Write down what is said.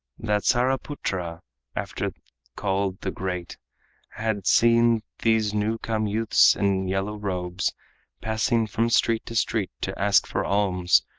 that saraputra after called the great had seen these new-come youths in yellow robes passing from street to street to ask for alms,